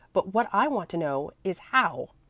but what i want to know is how.